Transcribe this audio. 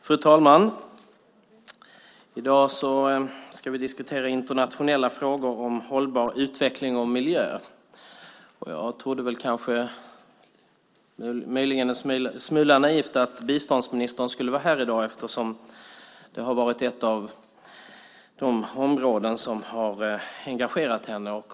Fru talman! I dag ska vi diskutera internationella frågor om hållbar utveckling och miljö. Jag trodde väl kanske, möjligen en smula naivt, att biståndsministern skulle vara här i dag eftersom det är ett av de områden som har engagerat henne.